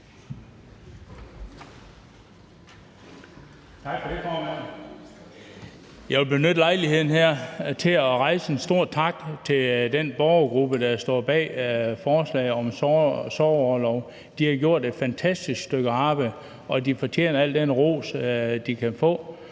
Jeg vil benytte lejligheden her til at rette en stor tak til den borgergruppe, der står bag forslaget om sorgorlov. De har gjort et fantastisk stykke arbejde, og de fortjener al den ros, de kan få.